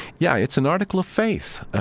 yeah, it's an article of faith.